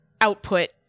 output